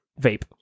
Vape